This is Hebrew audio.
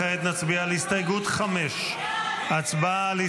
כעת נצביע על הסתייגות 5. הצבעה.